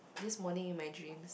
this morning in my dreams